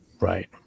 right